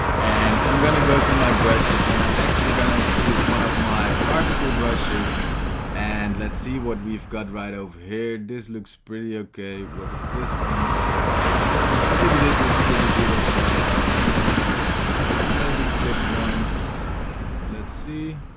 and i'm gonna go to my brushes and i'm actually gonna choose one of my particle brushes and let's see what we've got right over here this looks pretty okay what is this one right over here maybe this looks pretty good as well so i'm gonna maybe click once let's see